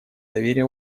доверия